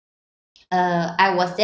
uh I was there